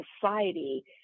society